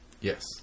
Yes